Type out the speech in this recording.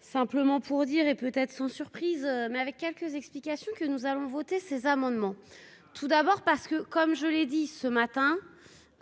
simplement pour dire, et peut être sans surprise mais avec quelques explications que nous allons voter ces amendements, tout d'abord parce que comme je l'ai dit ce matin,